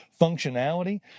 functionality